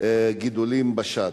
גידולים בשד.